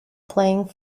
playing